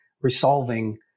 resolving